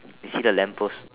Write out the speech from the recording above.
you see the lamp post